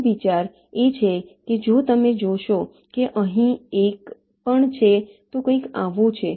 મૂળ વિચાર એ છે કે જો તમે જોશો કે અહીં 1 પણ છે તો કંઈક આવું છે